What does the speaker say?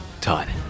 Todd